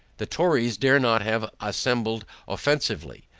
the tories dared not have assembled offensively,